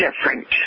different